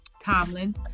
Tomlin